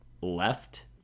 left